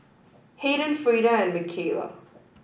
Haden Frida and Michaela